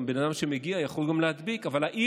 גם בן אדם שמגיע יכול להדביק,